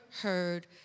heard